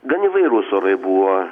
gan įvairūs orai buvo